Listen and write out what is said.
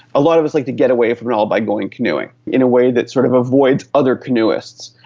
a lot of us like to get away from it all by going canoeing, in a way that sort of avoids other canoeists,